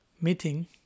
meeting